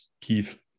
Keith